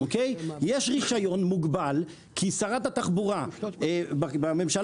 יש רישיון מוגבל כי שרת התחבורה בממשלה